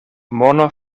mono